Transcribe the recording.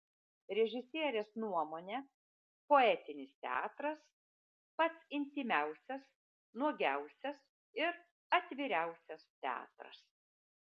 režisierės nuomone poetinis teatras pats intymiausias nuogiausias ir atviriausias teatras